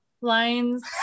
lines